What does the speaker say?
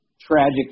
tragic